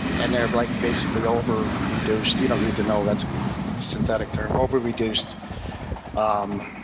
and they were like basically over reduced. you don't need to know. that's a synthetic term. over reduced um